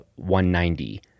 190